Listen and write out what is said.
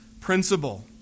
principle